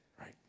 Right